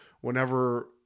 whenever